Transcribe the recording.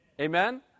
Amen